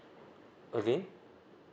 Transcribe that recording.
again